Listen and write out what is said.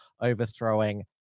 overthrowing